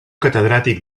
catedràtic